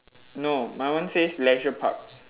no my one says leisure park